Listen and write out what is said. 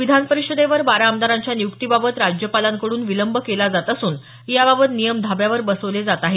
विधान परिषदेवर बारा आमदारांच्या नियुक्तीबाबत राज्यपालांकडून विलंब केला जात असून या बाबत नियम धाब्यावर बसवले जात आहेत